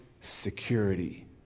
security